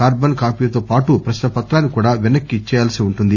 carbon కాపీతో పాటు ప్రక్నాపత్రాన్ని కూడా వెనక్కి ఇచ్చేయాల్సి ఉంటుంది